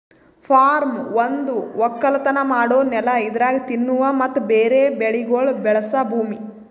form ಒಂದು ಒಕ್ಕಲತನ ಮಾಡೋ ನೆಲ ಇದರಾಗ್ ತಿನ್ನುವ ಮತ್ತ ಬೇರೆ ಬೆಳಿಗೊಳ್ ಬೆಳಸ ಭೂಮಿ